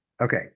Okay